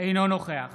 אינו נוכח